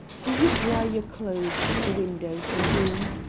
do you dry your clothes at the windows in doom?